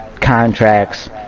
contracts